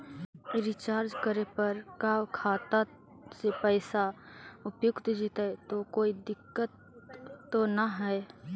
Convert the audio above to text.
Recharge करे पर का खाता से पैसा उपयुक्त जितै तो कोई दिक्कत तो ना है?